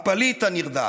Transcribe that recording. הפליט הנרדף,